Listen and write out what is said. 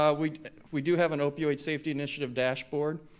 ah we we do have an opioid safety initiative dashboard.